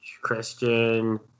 Christian